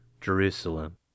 Jerusalem